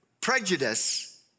prejudice